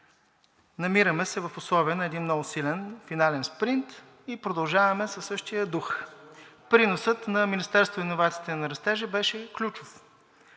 Намираме се в условия на един много силен финален спринт и продължаваме със същия дух. Приносът на Министерството на иновациите и растежа беше ключов.